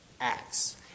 acts